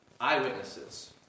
eyewitnesses